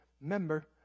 member